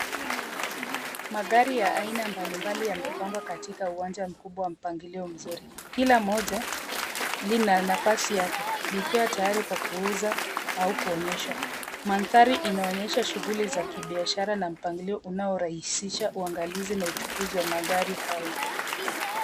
Magari ya aina mbalimbali yamepangwa katika uwanja mkubwa wa mpangilio mzuri. Kila moja lina nafasi yake, likiwa tayari kwa kuuza au kuonyesha. Mandhari inaonyesha shughuli za kibiashara na mpangilio unaorahisisha uangalizi na uchukuzi wa magari hayo.